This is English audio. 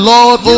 Lord